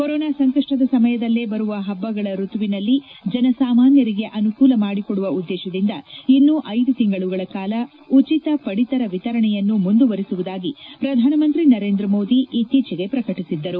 corona ಸಂಕಷ್ವದ ಸಮಯದಲ್ಲೇ ಬರುವ ಹಬ್ಬಗಳ ಋತುವಿನಲ್ಲಿ ಜನಸಾಮಾನ್ಯರಿಗೆ ಅನುಕೂಲ ಮಾಡಿಕೊಡುವ ಉದ್ದೇಶದಿಂದ ಇನ್ನೂ ಐದು ತಿಂಗಳುಗಳ ಕಾಲ ಉಚಿತ ಪಡಿತರ ವಿತರಣೆಯನ್ನು ಮುಂದುವರೆಸುವುದಾಗಿ ಪ್ರಧಾನಮಂತ್ರಿ ನರೇಂದ್ರ ಮೋದಿ ಇತ್ತೀಚಿಗೆ ಪ್ರಕಟಿಸಿದ್ದರು